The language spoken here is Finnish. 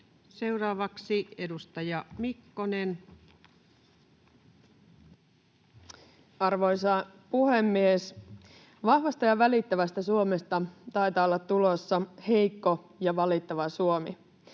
Seuraavaksi edustaja Mikkonen. Arvoisa puhemies! Vahvasta ja välittävästä Suomesta taitaa olla tulossa heikko ja valittava Suomi.